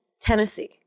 Tennessee